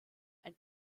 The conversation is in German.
ein